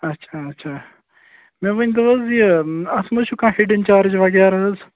اَچھا اَچھا مےٚ ؤنۍتو حظ یہِ اَتھ ما حظ چھُ کانٛہہ ہِڈِن چارٕج وغیرہ حظ